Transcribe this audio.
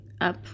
up